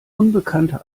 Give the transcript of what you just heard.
unbekannte